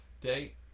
day